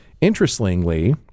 interestingly